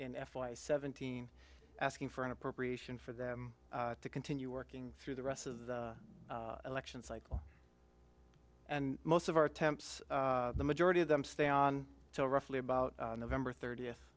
in f y seventeen asking for an appropriation for them to continue working through the rest of the election cycle and most of our attempts the majority of them stay on to roughly about november thirtieth